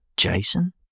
Jason